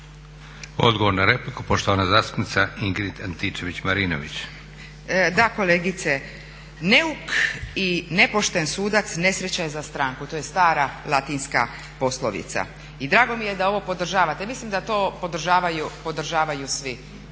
Odgovor na repliku poštovana zastupnica Ingrid Antičević-Marinović. **Antičević Marinović, Ingrid (SDP)** Da, kolegice, neuk i nepošten sudac nesreća je za stranku, to je stara latinska poslovica. I drago mi je da ovo podržavate. Mislim da to podržavaju svi.